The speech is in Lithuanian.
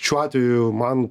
šiuo atveju man